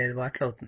5 watt అవుతుంది